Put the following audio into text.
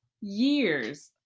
years